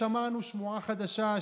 שמענו שמועה חדשה,